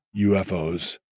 UFOs